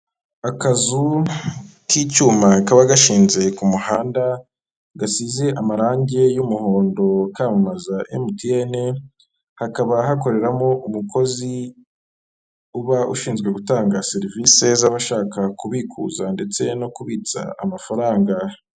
Akazu k'icyuma kaba gashinze ku muhanda gasize amarangi y'umuhondo kamamaza MTN, hakaba hakoreramo umukozi uba ushinzwe gutanga serivisi z'abashaka kubikuza ndetse no kubitsa amafaranga.